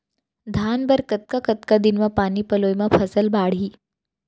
धान बर कतका कतका दिन म पानी पलोय म फसल बाड़ही?